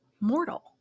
mortal